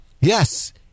yes